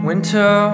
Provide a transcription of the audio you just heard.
Winter